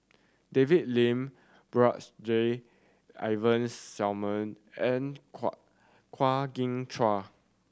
David Lim Brigadier Ivan Simson and Kwa Kwa Geok Choo